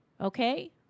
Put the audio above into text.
Okay